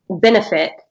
benefit